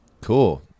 cool